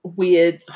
weird